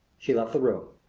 she left the room.